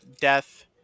death